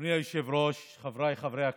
אדוני היושב-ראש, חבריי חברי הכנסת,